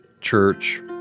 church